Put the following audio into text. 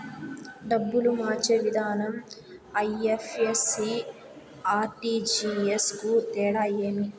డబ్బులు మార్చే విధానం ఐ.ఎఫ్.ఎస్.సి, ఆర్.టి.జి.ఎస్ కు తేడా ఏమి?